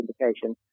indication